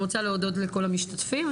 אני רוצה להודות לכל המשתתפים.